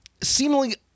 seemingly